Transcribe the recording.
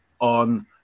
on